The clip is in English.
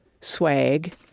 swag